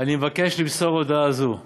אני מבקש למסור הודעה זו: